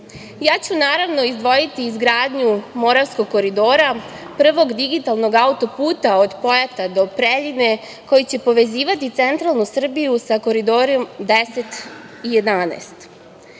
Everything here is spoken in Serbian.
Naravno, izdvojiću izgradnju Moravskog koridora, prvog digitalnog auto-puta od Pojata do Preljine, koji će povezivati centralnu Srbiju sa Koridorom 10 i